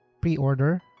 pre-order